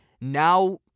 now